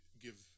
give